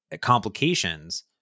complications